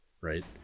Right